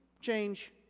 change